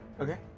Okay